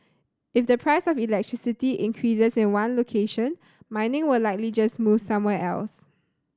if the price of electricity increases in one location mining will likely just move somewhere else